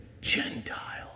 Gentile